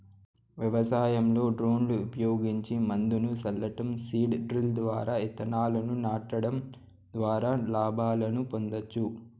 వ్యవసాయంలో డ్రోన్లు ఉపయోగించి మందును సల్లటం, సీడ్ డ్రిల్ ద్వారా ఇత్తనాలను నాటడం ద్వారా లాభాలను పొందొచ్చు